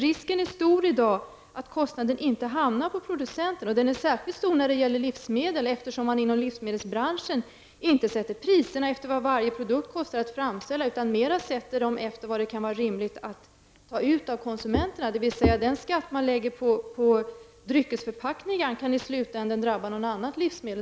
Risken är i dag stor för att kostnaden inte hamnar på producenten, och den är särskilt stor när det gäller livsmedel, eftersom man inom livsmedelsbranschen inte sätter priserna efter vad varje produkt kostar att framställa utan mera efter vad som kan vara rimligt att ta ut av konsumenterna. På så sätt kan den skatt som läggs på dryckesförpackningar i slutändan drabba något annat livsmedel.